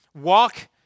Walk